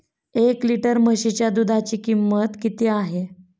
एक लिटर म्हशीच्या दुधाची किंमत किती आहे?